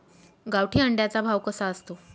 गावठी अंड्याचा भाव कसा असतो?